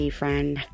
friend